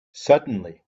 suddenly